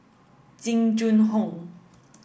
Jing Jun Hong